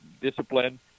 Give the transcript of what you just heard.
discipline